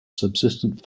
subsistence